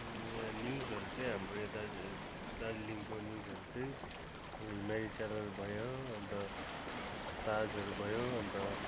यहाँ न्युजहरू चाहिँ हाम्रो यहाँ दार्जि दार्जिलिङको न्युजहरू चाहिँ हाम्रो हिमाली च्यानल भयो अन्त ताजहरू भयो अन्त